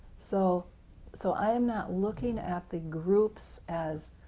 so so i am not looking at the groups as.